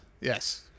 yes